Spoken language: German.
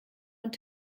und